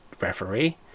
referee